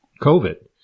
COVID